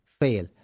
fail